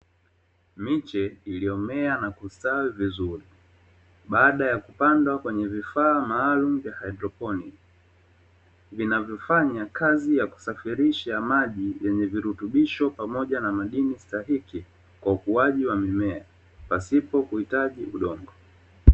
Miche iliyomea na kustawi vizuri baada ya kupandwa kwenye vifaa maalumu vya haidroponi. Vinavyofanya kazi ya kusafirisha maji yenye virutubisho pamoja na madini stahiki, kwa ukuaji wa mimea pasipo kuhitaji udongo.